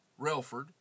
Relford